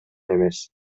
эмес